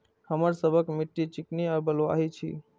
हमर सबक मिट्टी चिकनी और बलुयाही छी?